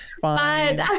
fine